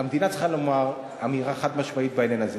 המדינה צריכה לומר אמירה חד-משמעית בעניין הזה: